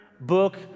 book